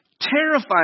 terrifying